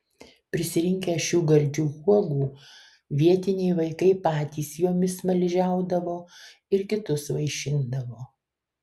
prisirinkę šių gardžių uogų vietiniai vaikai patys jomis smaližiaudavo ir kitus vaišindavo